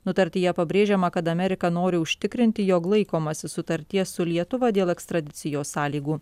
nutartyje pabrėžiama kad amerika nori užtikrinti jog laikomasi sutarties su lietuva dėl ekstradicijos sąlygų